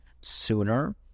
sooner